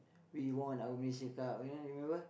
we won our Malaysia-Cup you know remember